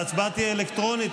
ההצבעה תהיה אלקטרונית.